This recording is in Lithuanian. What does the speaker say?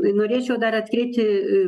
norėčiau dar atkreipti